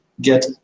get